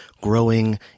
growing